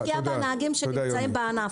להשקיע בנהגים שנמצאים בענף.